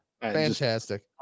Fantastic